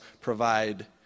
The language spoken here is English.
provide